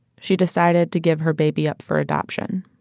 she decided to give her baby up for adoption.